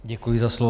Děkuji za slovo.